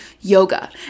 yoga